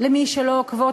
למי שלא עוקבות,